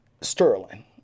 Sterling